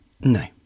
No